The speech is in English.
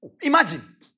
Imagine